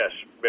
Yes